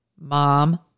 mom